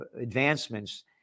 advancements